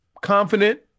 confident